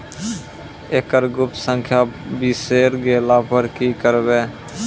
एकरऽ गुप्त संख्या बिसैर गेला पर की करवै?